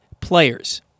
players